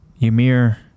Ymir